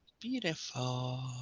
beautiful